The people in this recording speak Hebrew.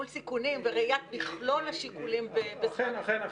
סיכונים וראיית מכלול השיקולים ב- -- אכן,